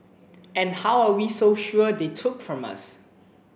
and how are we so sure they took from us